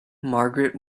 margaret